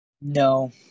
No